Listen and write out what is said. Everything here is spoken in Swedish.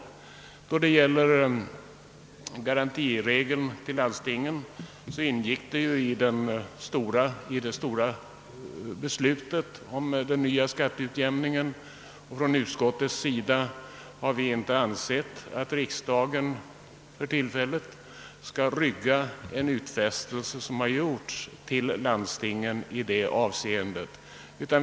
Då det gäller garantiregeln till landstingen vill jag påminna om att den ingick i det stora beslutet om den nya skatteutjämningen. Utskottet har inte ansett att riksdagen för tillfället bör rygga den utfästelse som sålunda gjorts till landstingen.